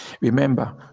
Remember